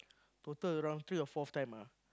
total around three or fourth time ah